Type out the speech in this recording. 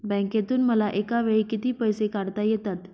बँकेतून मला एकावेळी किती पैसे काढता येतात?